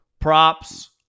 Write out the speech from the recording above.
props